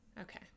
okay